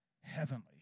heavenly